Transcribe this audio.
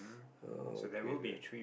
oh okay great